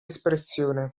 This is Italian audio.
espressione